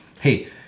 hey